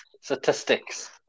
Statistics